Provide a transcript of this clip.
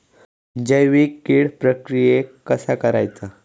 जैविक कीड प्रक्रियेक कसा करायचा?